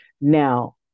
Now